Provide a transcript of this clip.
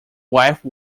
wife